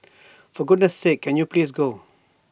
for goodness sake can you please go